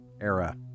era